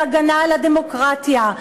להגנה על הדמוקרטיה,